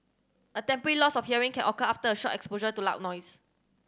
a temporary loss of hearing can occur after a short exposure to loud noise